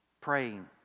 praying